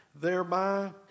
Thereby